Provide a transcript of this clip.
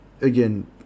again